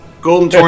Golden